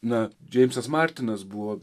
na džeimsas martinas buvo